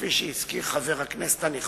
כפי שהזכיר חבר הכנסת הנכבד,